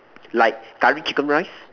like Curry chicken rice